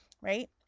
right